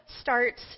starts